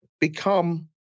become